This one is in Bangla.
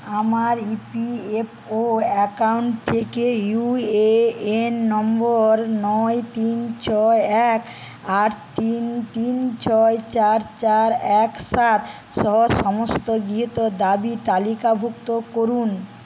আমার ইপিএফও অ্যাকাউন্ট থেকে ইউএএন নম্বর নয় তিন ছয় এক আট তিন তিন ছয় চার চার এক সাত সহ সমস্ত গৃহীত দাবি তালিকাভুক্ত করুন